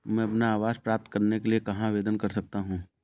मैं अपना आवास प्राप्त करने के लिए कहाँ आवेदन कर सकता हूँ?